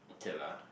kay lah